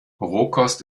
rohkost